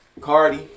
Cardi